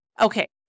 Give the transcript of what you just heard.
Okay